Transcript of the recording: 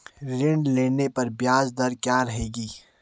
ऋण लेने पर ब्याज दर क्या रहेगी?